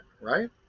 right